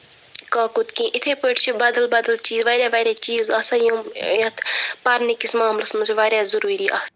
کاکُد کیٚنٛہہ اِتھے پٲٹھۍ چھِ بدل بدل چیٖز واریاہ واریاہ چیٖز آسان یِم یتھ پرنہٕ کِس معاملس منٛز چھِ واریاہ ضروری آسان